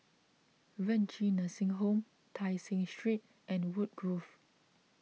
Renci Nursing Home Tai Seng Street and Woodgrove